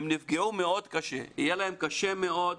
הם נפגעו מאוד קשה, יהיה להם קשה מאוד,